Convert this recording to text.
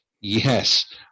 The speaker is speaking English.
Yes